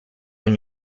ogni